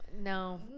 no